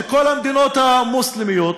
של כל המדינות המוסלמיות,